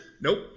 nope